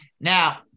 Now